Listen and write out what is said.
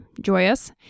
Joyous